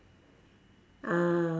ah